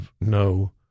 no